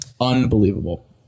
unbelievable